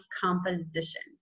composition